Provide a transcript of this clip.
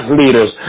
leaders